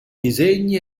disegni